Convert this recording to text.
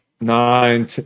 Nine